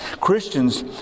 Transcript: Christians